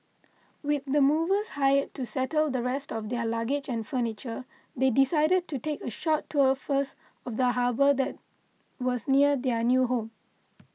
with the movers hired to settle the rest of their luggage and furniture they decided to take a short tour first of the harbour that was near their new home